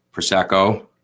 Prosecco